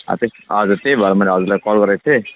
अन्त हजुर त्यही भएर मैले हजुरलाई कल गरेको थिएँ